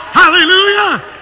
hallelujah